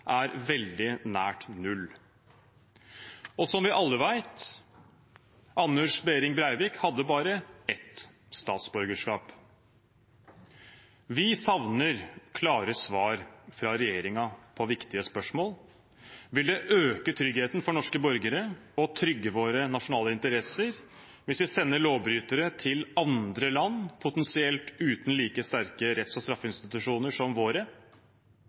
er veldig nært null. Og som vi alle vet: Anders Behring Breivik hadde bare ett statsborgerskap. Vi savner klare svar fra regjeringen på viktige spørsmål. Vil det øke tryggheten for norske borgere og trygge våre nasjonale interesser hvis vi sender lovbrytere til andre land, potensielt uten like sterke retts- og straffeinstitusjoner som våre?